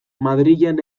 madrilen